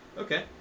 Okay